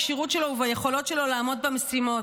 בכשירות שלו וביכולות שלו לעמוד במשימות.